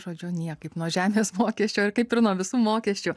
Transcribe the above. žodžiu niekaip nuo žemės mokesčio ir kaip ir nuo visų mokesčių